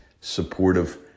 supportive